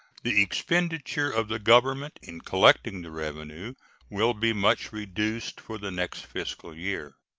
the expenditure of the government in collecting the revenue will be much reduced for the next fiscal year.